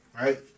Right